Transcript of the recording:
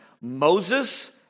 Moses